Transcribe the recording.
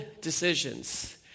decisions